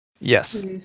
Yes